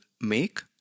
make